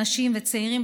נשים וצעירים,